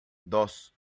dos